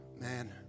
Man